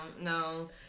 no